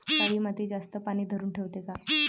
काळी माती जास्त पानी धरुन ठेवते का?